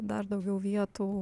dar daugiau vietų